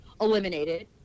eliminated